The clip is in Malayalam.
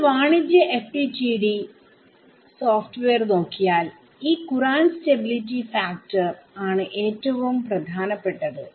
നിങ്ങൾ വാണിജ്യ FDTD സോഫ്റ്റ്വെയർനോക്കിയാൽ ഈ കുറാന്റ് സ്റ്റബിലിറ്റി ഫാക്ടർആണ് ഏറ്റവും പ്രധാനപ്പെട്ടത്